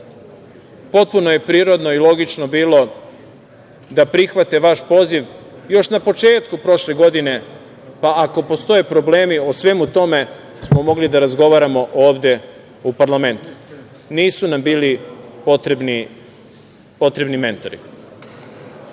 Potpuno je prirodno i logično bilo da prihvate vaš poziv još na početku prošle godine, pa ako postoje problemi, o svemu tome smo mogli da razgovaramo ovde u parlamentu. Nisu nam bili potrebni mentori.